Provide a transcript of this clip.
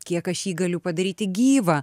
kiek aš jį galiu padaryti gyvą